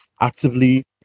actively